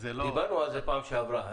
דיברנו על זה בפעם שעברה.